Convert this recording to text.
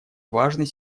важной